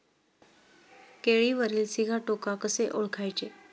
केळीवरील सिगाटोका कसे ओळखायचे?